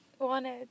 wanted